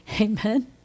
Amen